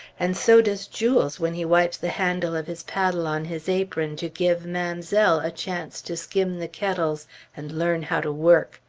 and so does jules, when he wipes the handle of his paddle on his apron, to give mamselle a chance to skim the kettles and learn how to work!